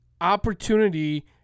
opportunity